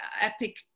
epic